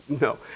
no